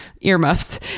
earmuffs